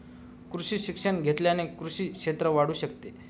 कृषी शिक्षण घेतल्याने कृषी क्षेत्र वाढू शकते